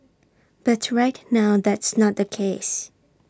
but right now that's not the case